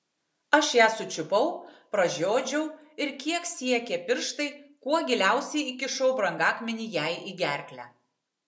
aš ją sučiupau pražiodžiau ir kiek siekė pirštai kuo giliausiai įkišau brangakmenį jai į gerklę